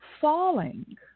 falling